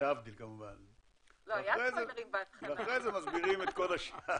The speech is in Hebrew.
להבדיל כמובן, ואחרי זה מסבירים את כל השאר.